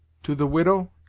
to the widow?